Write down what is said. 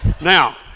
Now